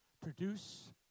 produce